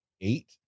eight